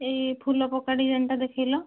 ଏଇ ଫୁଲପକା ଡିଜାଇନ୍ଟା ଦେଖାଇଲ